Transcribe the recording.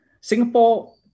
Singapore